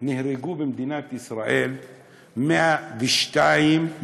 נהרגו במדינת ישראל 102 ילדים